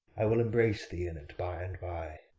i will embrace thee in it by and by.